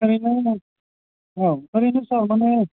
ओरैनो दा बेथ' सार माने